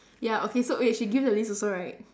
ya okay so wait she give the list also right